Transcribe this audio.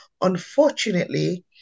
unfortunately